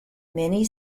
many